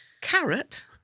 Carrot